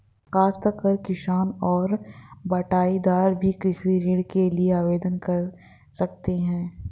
काश्तकार किसान और बटाईदार भी कृषि ऋण के लिए आवेदन कर सकते हैं